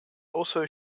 also